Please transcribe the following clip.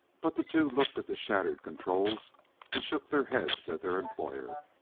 but the two looked at the shattered controls and shook their heads at their employer.